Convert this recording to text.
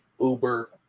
Uber